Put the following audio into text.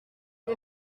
les